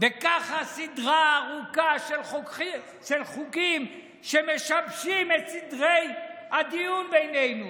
וככה סדרה ארוכה של חוקים שמשבשים את סדרי הדיון בינינו,